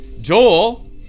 Joel